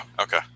okay